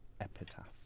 Epitaph